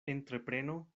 entrepreno